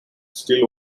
still